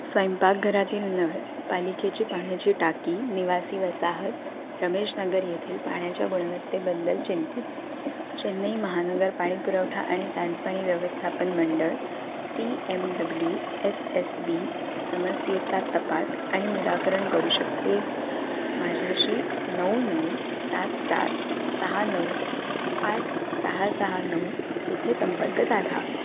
स्वयंपाकघरातील नळ पालिकेची पाण्याची टाकी निवासी वसाहत रमेशनगर येथील पाण्याच्या गुणवत्तेबद्दल चिंतित चेन्नई महानगर पाणी पुरवठा आणि सांडपाणी व्यवस्थापन मंडळ C M W S S B समस्येचा तपास आणि निराकरण करू शकते माझ्याशी नऊ नऊ सात सात सहा नऊ आठ सहा सहा नऊ येथे संपर्क साधा